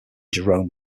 jerome